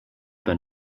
been